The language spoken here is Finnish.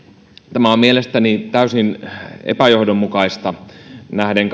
tämä on mielestäni täysin epäjohdonmukaista kaikkiin ilmastotavoitteisiin nähden